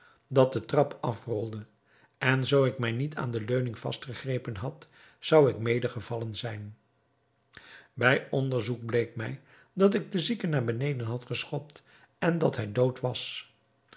dat den trap afrolde en zoo ik mij niet aan de leuning vastgegrepen had zou ik mede gevallen zijn bij onderzoek bleek mij dat ik den zieke naar beneden had geschopt en dat hij dood was